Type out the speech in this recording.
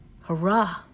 hurrah